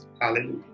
Hallelujah